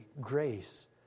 grace